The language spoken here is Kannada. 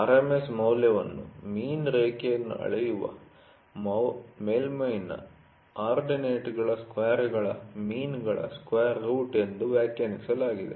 RMS ಮೌಲ್ಯವನ್ನು ಮೀನ್ ರೇಖೆಯಿಂದ ಅಳೆಯುವ ಮೇಲ್ಮೈ'ನ ಆರ್ಡಿನೇಟ್ಗಳ ಸ್ಕ್ವೇರ್'ಗಳ ಮೀನ್'ಗಳ ಸ್ಕ್ವೇರ್ ರೂಟ್ ಎಂದು ವ್ಯಾಖ್ಯಾನಿಸಲಾಗಿದೆ